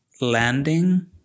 landing